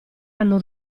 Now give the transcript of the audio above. hanno